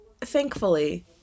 thankfully